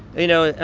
you know